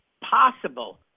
possible